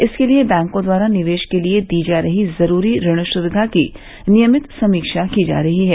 इसके लिये बैंकों द्वारा निवेश के लिये दी जा रही ज़रूरी ऋण सुविधा की नियमित समीक्षा की जा रही है